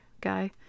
guy